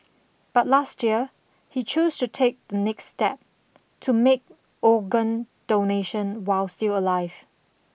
but last year he chose to take the next step to make organ donation while still alive